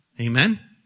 Amen